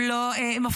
-- הם לא מפריעים,